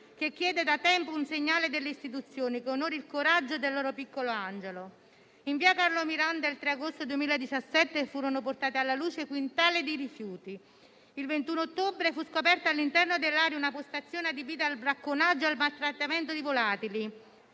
che chiede da tempo un segnale dalle istituzioni che onori il coraggio del loro piccolo angelo. In via Carlo Miranda il 3 agosto 2017 furono portati alla luce quintali di rifiuti; il 21 ottobre fu scoperta all'interno dell'area una postazione adibita al bracconaggio e al maltrattamento di volatili;